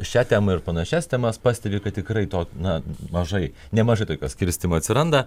šią temą ir panašias temas pastebi kad tikrai to na mažai nemažai tokio skirstymo atsiranda